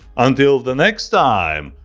until the next time.